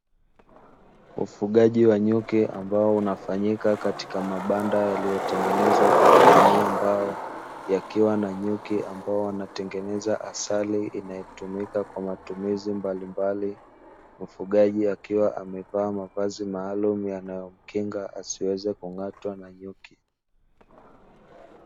Ufugaji wa nyuki ambao unafanyika katika mabanda yaliyotengenezwa kwa kutumia mbao yakiwa na nyuki ambao wanatengeneza asali inayotumika kwa matumizi mbalimbali, mfugaji akiwa amevaa mavazi maalumu yanayomkinga asiweze kung'atwa na nyuki.